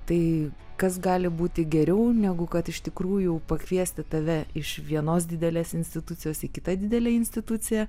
tai kas gali būti geriau negu kad iš tikrųjų pakviesti tave iš vienos didelės institucijos į kitą didelę instituciją